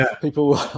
people